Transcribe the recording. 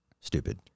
stupid